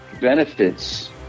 benefits